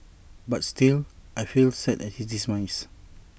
but still I feel sad at his demise